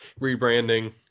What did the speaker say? rebranding